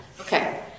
okay